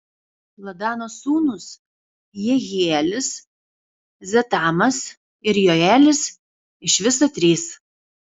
ladano sūnūs jehielis zetamas ir joelis iš viso trys